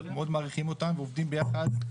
מאוד מעריכים אותם ועובדים ביחד.